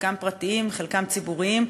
חלקם פרטיים וחלקם ציבוריים,